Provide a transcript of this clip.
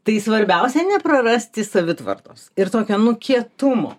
tai svarbiausia neprarasti savitvardos ir tokio nu kietumo